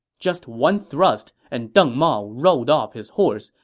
just one thrust and deng mao rolled off his horse,